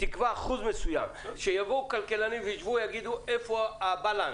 תקבע אחוז מסוים, הכלכלנים יגידו איפה האיזון.